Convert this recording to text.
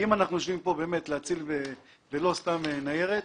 אם אנחנו יושבים פה באמת כדי להציל חיי אדם ולא סתם בשביל ניירות,